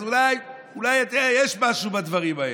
אז אולי יש משהו בדברים האלה.